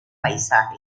paisaje